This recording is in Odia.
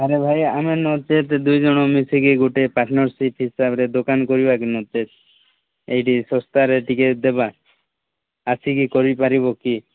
ଆରେ ଭାଇ ଆମେ ନଚେତ ଦୁଇ ଜଣ ମିଶିକି ଗୋଟିଏ ପାର୍ଟନରସିପ୍ ହିସାବରେ ଦୋକାନ କରିବା କି ନଚେତ ଏଇଟି ଶସ୍ତାରେ ଟିକେ ଦେବା ଆସିକି କରିପାରିବ କି